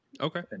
Okay